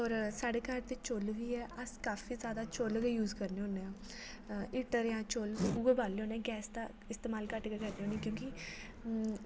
होर साढ़ै घर ते चुल्ल बी ऐ अस काफी ज्यादा चुल्ल गै यूज़ करने हुन्ने आं हीटर जां चुल्ल उ'ऐ बालने हुन्ने आं गैस दा इस्तमाल घट्ट गै करने हुन्ने आं क्योंकि